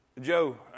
Joe